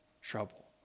trouble